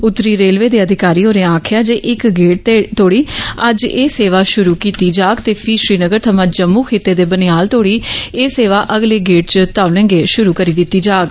उत्तरी रेलवे दे अधिकारी होरें आक्खेआ ऐ जे इक गेड़ तोड़ी अज्ज एह् सेवा शुरू कीती जाग ते फी श्रीनगर थमां जम्मू खित्ते दे बनिहाल तोड़ी एह् सेवा अगले गेड़ च तौलें गै शुरू करी दित्ती जाग